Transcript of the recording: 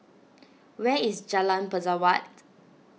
where is Jalan Pesawat